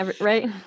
right